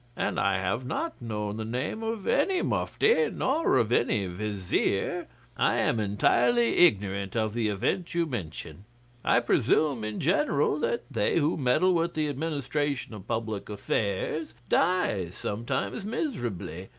and i have not known the name of any mufti, nor of any vizier. i am entirely ignorant of the event you mention i presume in general that they who meddle with the administration of public affairs die sometimes miserably,